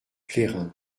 plérin